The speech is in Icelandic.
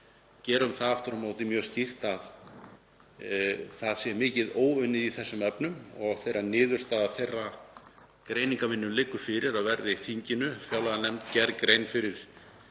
tökum það aftur á móti fram mjög skýrt að það sé mikið óunnið í þessum efnum og þegar niðurstaða greiningarvinnunnar liggur fyrir þá verði þinginu, fjárlaganefnd, gerð grein fyrir